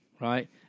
right